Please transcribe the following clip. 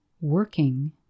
working